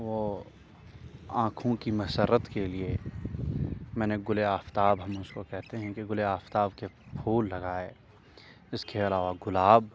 وہ آنکھوں کی مسرت کے لیے میں نے گل آفتاب ہم اس کو کہتے ہیں کہ گل آفتاب کے پھول لگائے اس کے علاوہ گلاب